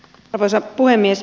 arvoisa puhemies